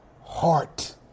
heart